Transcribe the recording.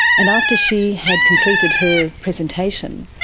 and after she had completed her presentation,